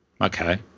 Okay